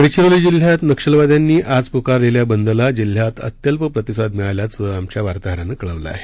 गडचिरोली जिल्ह्यात नक्षलवाद्यांनी आज पुकारलेल्या बंदला जिल्ह्यात अत्यल्प प्रतिसाद मिळाल्याचं आमच्या वार्ताहरानं कळवलं आहे